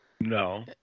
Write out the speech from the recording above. No